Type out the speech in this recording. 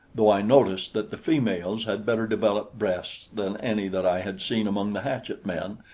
though i noticed that the females had better developed breasts than any that i had seen among the hatchet-men,